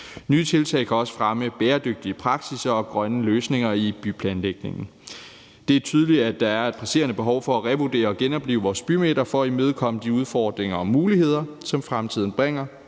Nye tiltag kan også fremme bæredygtige praksisser og grønne løsninger i byplanlægningen. Det er tydeligt, at der er et presserende behov for at revurdere og genoplive vores bymidter for at imødekomme de udfordringer og muligheder, som fremtiden bringer.